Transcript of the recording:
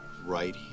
right